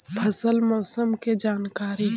फसल मौसम के जानकारी?